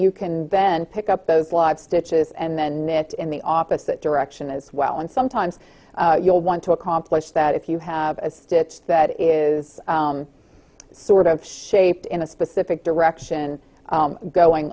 you can then pick up those live stitches and then knit in the opposite direction as well and sometimes you'll want to accomplish that if you have a stitch that is sort of shaped in a specific direction going